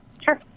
Sure